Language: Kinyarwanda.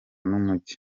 n’umujyi